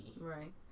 Right